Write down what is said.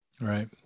Right